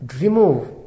remove